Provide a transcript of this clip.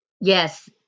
Yes